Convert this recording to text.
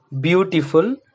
beautiful